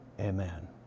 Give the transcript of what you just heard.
Amen